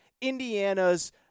Indiana's